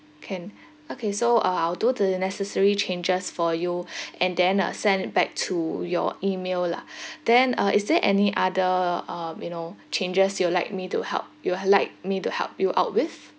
can okay so uh I'll do the necessary changes for you and then I'll send it back to your email lah then uh is there any other um you know changes you will like me to help you will like me to help you out with